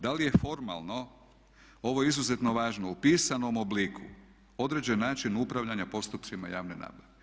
Da li je formalno, ovo je izuzetno važno, u pisanom obliku određen način upravljanja postupcima javne nabave.